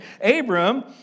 Abram